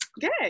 good